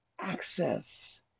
access